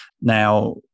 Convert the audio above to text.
Now